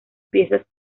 piezas